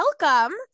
welcome